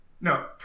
No